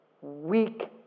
weak